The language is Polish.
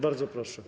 Bardzo proszę.